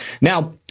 Now